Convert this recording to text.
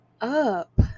up